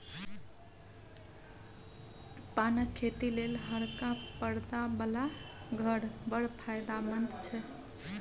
पानक खेती लेल हरका परदा बला घर बड़ फायदामंद छै